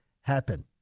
happen